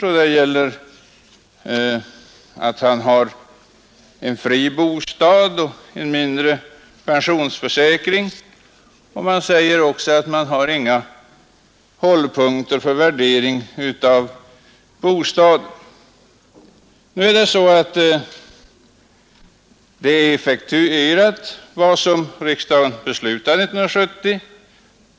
Man har tagit hänsyn till att herr Lundberg har fri bostad och en mindre pensionsförsäkring, och reservanterna säger också att man inte har några hållpunkter för värdering av bostaden. Nu är det så att vad riksdagen beslutade 1970 är effektuerat.